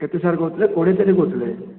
କେତେ ସାର୍ କହୁଥିଲେ କୋଡ଼ିଏ ତାରିଖ କହୁଥିଲେ